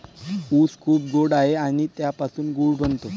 ऊस खूप गोड आहे आणि त्यापासून गूळ बनतो